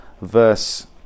verse